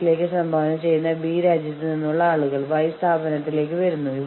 നിങ്ങൾക്ക് എവിടെ നിന്ന് പരമാവധി പ്രയോജനം ലഭിക്കും എന്ന് കാണാൻ മാത്രമാണ് നിങ്ങൾ ശ്രമിക്കുന്നത്